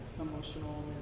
emotional